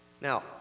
now